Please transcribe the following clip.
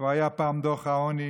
כבר היה פעם דוח העוני